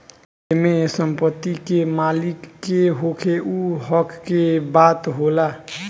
एमे संपत्ति के मालिक के होखे उ हक के बात होला